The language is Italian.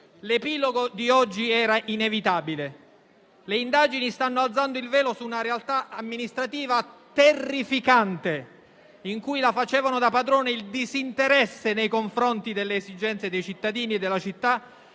l'epilogo di oggi era inevitabile. Le indagini stanno alzando il velo su una realtà amministrativa terrificante, in cui la facevano da padrone il disinteresse nei confronti delle esigenze dei cittadini della città